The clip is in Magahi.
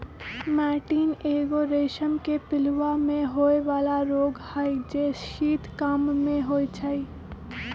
मैटीन एगो रेशम के पिलूआ में होय बला रोग हई जे शीत काममे होइ छइ